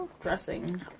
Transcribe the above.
dressing